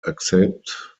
accept